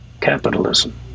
capitalism